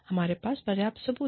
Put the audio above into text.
हमारे पास पर्याप्त सबूत हैं